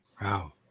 Wow